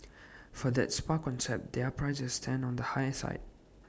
for that spa concept their prices stand on the higher side